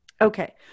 Okay